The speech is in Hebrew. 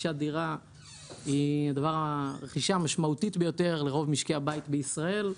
רכישת דירה היא הרכישה המשמעותית ביותר לרוב משקי הבית בישראל,